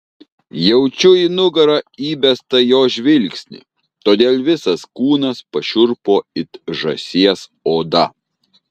jaučiau į nugarą įbestą jo žvilgsnį todėl visas kūnas pašiurpo it žąsies oda